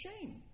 shame